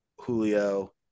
Julio